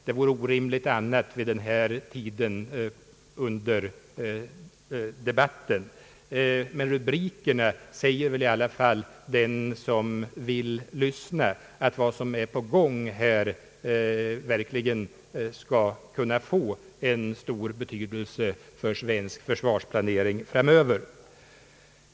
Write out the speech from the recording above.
Det vore orimligt annat vid den här tiden under debatten, men rubrikerna säger väl i alla fall den som vill lyssna att vad som är på gång verkligen skall kunna få en stor betydelse för svensk försvarsplanering framöver.